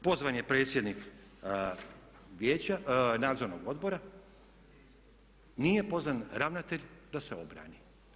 Pozvan je predsjednik nadzornog odbora, nije pozvan ravnatelj da se obrani.